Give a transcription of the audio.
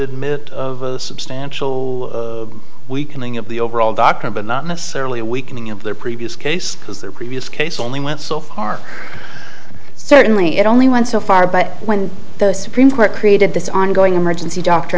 admit of a substantial weakening of the overall doctor but not necessarily a weakening of their previous case because their previous case only went so far so it only it only went so far but when the supreme court created this ongoing emergency doctor